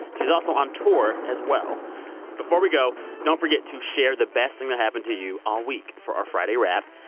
she's also on tour as well before we go, don't forget to share the best thing that happened to you all week for our friday wrap.